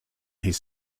his